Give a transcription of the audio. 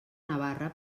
navarra